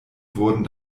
wurden